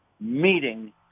meeting